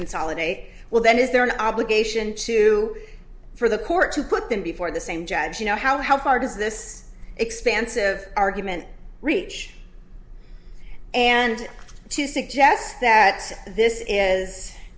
consolidate well then is there an obligation to for the court to put them before the same judge you know how far does this expansive argument reach and to suggest that this is